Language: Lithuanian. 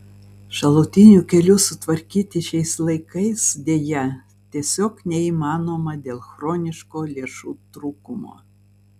šalutinių kelių sutvarkyti šiais laikais deja tiesiog neįmanoma dėl chroniško lėšų trūkumo